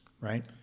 right